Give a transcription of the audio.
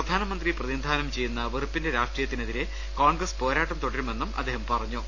പ്രധാനമന്ത്രി പ്രതിനിധാനം ചെയ്യുന്ന വെറുപ്പിന്റെ രാഷ്ട്രീ യത്തിനെതിരെ കോൺഗ്രസ് പോരാട്ടം തുടരുമെന്നും അദ്ദേഹം പറഞ്ഞു